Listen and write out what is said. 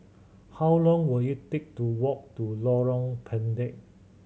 how long will it take to walk to Lorong Pendek